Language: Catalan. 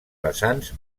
vessants